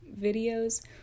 videos